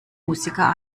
musiker